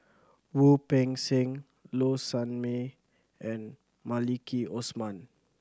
Wu Peng Seng Low Sanmay and Maliki Osman